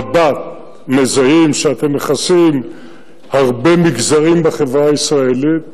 במבט מזהים שאתם מכסים הרבה מגזרים בחברה הישראלית: